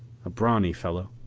a brawny fellow.